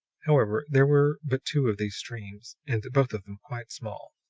however, there were but two of these streams, and both of them quite small.